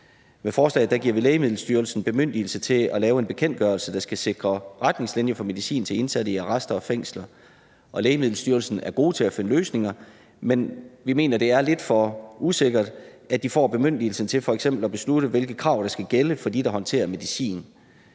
Med forslaget giver vi Lægemiddelstyrelsen bemyndigelse til at lave en bekendtgørelse, der skal sikre retningslinjer for medicin til indsatte i arrester og fængsler. Og Lægemiddelstyrelsen er gode til at finde løsninger, men vi mener, at det er lidt for usikkert, at de får bemyndigelsen til f.eks. at beslutte, hvilke krav der skal gælde for dem, der håndterer medicin.